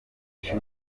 she